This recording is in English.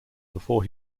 before